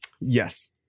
Yes